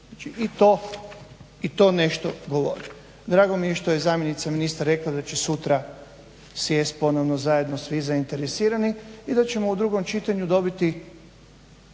i to nešto govori. Drago mi je što je zamjenica ministra rekla da će sutra sjest ponovno zajedno svi zainteresirani i da ćemo u drugom čitanju dobiti